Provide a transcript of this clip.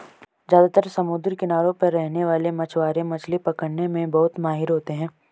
ज्यादातर समुद्री किनारों पर रहने वाले मछवारे मछली पकने में बहुत माहिर होते है